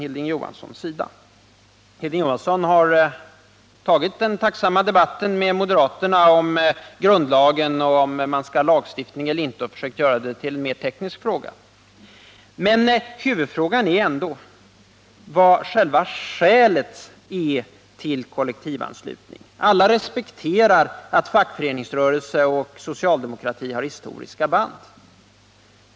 Han har med moderaterna fört den tacksamma debatten om grundlagen och frågan om man skall ha lagstiftning eller inte, och han har försökt göra det hela till en teknisk fråga. Men huvudfrågan är ändå vilket själva skälet till kollektivanslutningen är. Alla respekterar att fackföreningsrörelsen och socialdemokratin har historiska band.